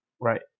Right